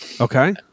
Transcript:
Okay